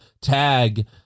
tag